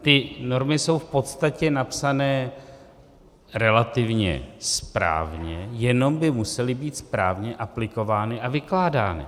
Ty normy jsou v podstatě napsané relativně správně, jenom by musely být správně aplikovány a vykládány.